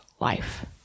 life